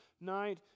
night